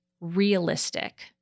realistic